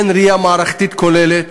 אין ראייה מערכתית כוללת,